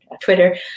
twitter